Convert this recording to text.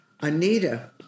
Anita